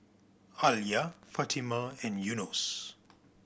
Alya Fatimah and Yunos